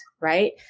right